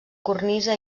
cornisa